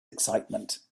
excitement